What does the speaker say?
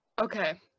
Okay